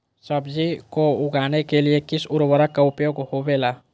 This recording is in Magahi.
सब्जी को उगाने के लिए किस उर्वरक का उपयोग होबेला?